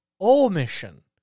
omission